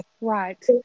right